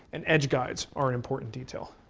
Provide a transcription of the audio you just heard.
and edge guides are an important detail.